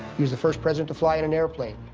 he was the first president to fly in an airplane.